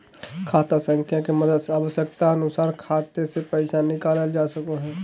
खाता संख्या के मदद से आवश्यकता अनुसार खाते से पैसा निकालल जा सको हय